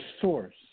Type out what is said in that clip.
source